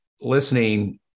listening